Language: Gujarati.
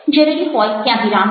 જરૂરી હોય ત્યાં વિરામ લો